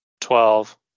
Twelve